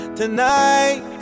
tonight